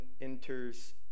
enters